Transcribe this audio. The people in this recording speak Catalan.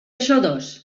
xodos